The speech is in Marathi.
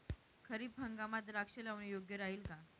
खरीप हंगामात द्राक्षे लावणे योग्य राहिल का?